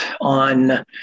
on